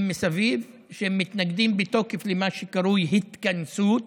מסביב שמתנגדים בתוקף למה שקרוי "התכנסות",